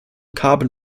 carbon